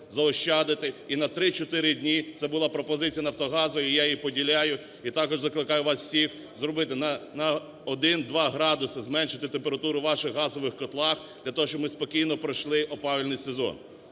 і на 3-4 дні, це була пропозиція "Нафтогазу" і я її поділяю, і також закликаю вас всіх зробити, на 1-2 градуси зменшити температуру у ваших газових котлах для того, щоб ми спокійно пройшли опалювальний сезон.